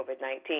COVID-19